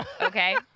Okay